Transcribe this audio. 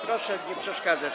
Proszę mi nie przeszkadzać.